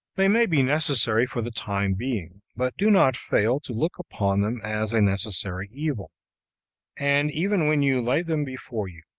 they may be necessary for the time being, but do not fail to look upon them as a necessary evil and even when you lay them before you,